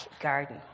garden